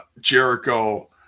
jericho